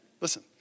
listen